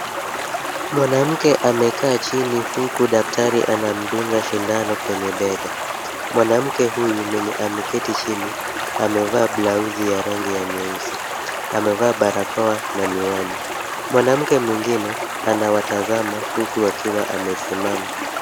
Mwanamke amekaa chini huku daktari anamdunga sindano kwenye bega. Mwanamke huyu mwenye ameketi chini amevaa blauzi ya rangi ya nyeusi, amevaa barakoa na miwani. Mwanamke mwingine anawatazama huku akiwa amesimama.